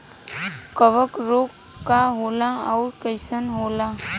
कवक रोग का होला अउर कईसन होला?